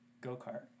go-kart